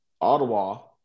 Ottawa